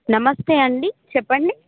నమస్తే అండి చెప్పండి